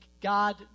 God